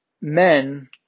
Men